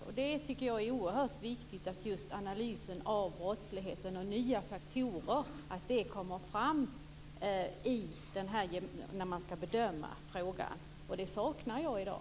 Jag tycker att det är oerhört viktigt att göra en analys av brottsligheten och nya faktorer så att det kommer fram när man skall bedöma frågan. Det saknar jag i dag.